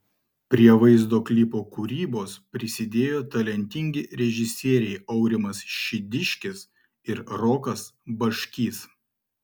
prie vaizdo klipo kūrybos prisidėjo talentingi režisieriai aurimas šidiškis ir rokas baškys